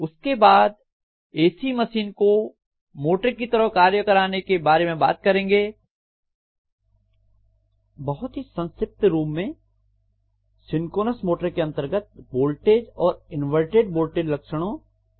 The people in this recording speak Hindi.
उसके बाद इसी मशीन को मोटर की तरह कार्य कराने के बारे में बात करेंगे बहुत ही संक्षिप्त रूप में सिंक्रोनस मोटर के अंतर्गत वोल्टेज और इनवर्टेड वोल्टेज लक्षणों को देखेंगे